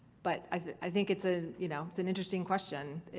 but i think it's ah you know it's an interesting question.